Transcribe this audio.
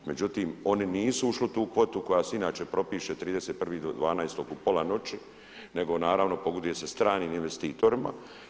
Međutim, oni nisu ušli u tu kvotu koja se inače propiše 31. 12. u pola noći nego naravno pogoduje se stranim investitorima.